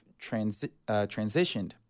transitioned